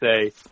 say